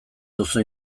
duzu